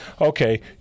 okay